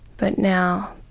but now,